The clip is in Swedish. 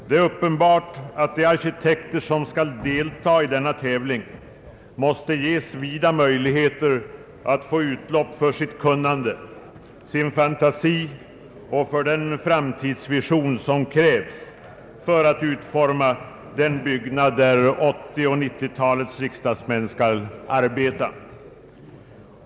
Det är uppenbart att de arkitekter som skall delta i denna tävling måste ges vida möjligheter att få utlopp för sitt kunnande, sin fantasi och den framtidsvision som krävs för att utforma den byggnad där 1980 och 1990-talens riksdagsmän skall arbeta.